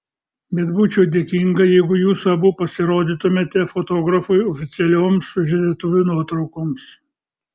bet būčiau dėkinga jeigu jūs abu pasirodytumėte fotografui oficialioms sužadėtuvių nuotraukoms